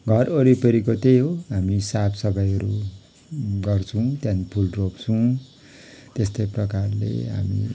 घर वरिपरिको त्यही हो हामी साफ सफाईहरू गर्छौँ त्यहाँदेखि फुल रोप्छौँ त्यस्तै प्रकारले हामी